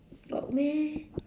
got meh